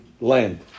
land